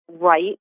right